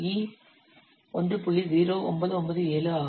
0997 ஆகும்